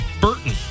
Burton